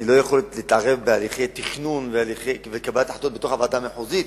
אני לא יכול להתערב בהליכי תכנון וקבלת החלטות בתוך הוועדה המחוזית,